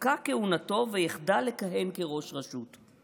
תפקע כהונתו ויחדל לכהן כראש רשות".